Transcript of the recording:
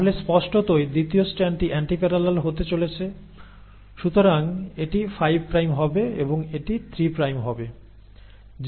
তাহলে স্পষ্টতই দ্বিতীয় স্ট্র্যান্ডটি অ্যান্টিপ্যারালাল হতে চলেছে সুতরাং এটি 5 প্রাইম হবে এবং এটি 3 প্রাইম হবে